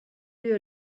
you